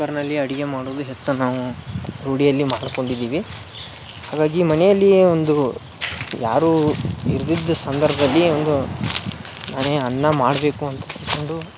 ಕುಕ್ಕರ್ನಲ್ಲಿ ಅಡಿಗೆ ಮಾಡೋದು ಹೆಚ್ಚು ನಾವು ರೂಢಿಯಲ್ಲಿ ಮಾಡ್ಕೊಂಡಿದ್ದೀವಿ ಹಾಗಾಗಿ ಮನೆಯಲ್ಲಿಯೆ ಒಂದು ಯಾರೂ ಇರದಿದ್ದ ಸಂದರ್ಭ್ದಲ್ಲಿ ಒಂದು ನಾನೇ ಅನ್ನ ಮಾಡಬೇಕು ಅಂತ ಅನ್ಕೊಂಡು